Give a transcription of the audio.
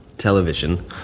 television